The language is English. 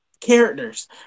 characters